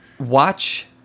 Watch